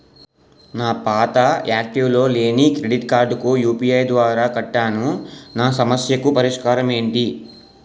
నా పాత యాక్టివ్ లో లేని క్రెడిట్ కార్డుకు యు.పి.ఐ ద్వారా కట్టాను నా సమస్యకు పరిష్కారం ఎంటి?